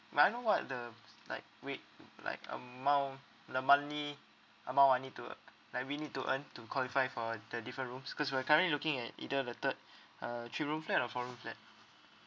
may I know what the s~ like wait l~ like amount the monthly amount monthly to like we need to earn to qualify for the different rooms cause we're currently looking at either the third uh three room flat or four room flat